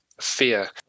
fear